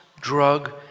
drug